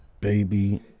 baby